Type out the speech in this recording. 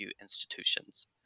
institutions